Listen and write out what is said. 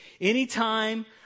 Anytime